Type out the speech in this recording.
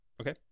Okay